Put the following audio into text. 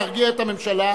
להרגיע את הממשלה,